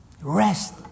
Rest